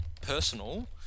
personal